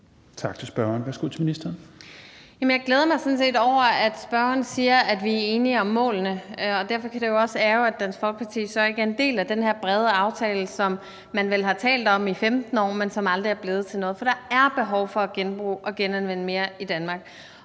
Miljøministeren (Lea Wermelin): Men jeg glæder mig sådan set over, at spørgeren siger, at vi er enige om målene, og derfor kan det jo også ærgre, at Dansk Folkeparti så ikke er en del af den her brede aftale, som man vel har talt om i 15 år, men som aldrig er blevet til noget. For der er behov for at genbruge og genanvende mere i Danmark.